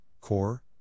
core